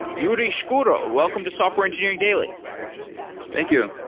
yuri shkuro, welcome to software engineering daily thank you.